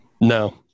No